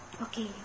okay